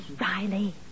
Riley